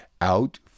out